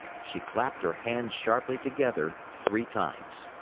she clapped her hands sharply together three times.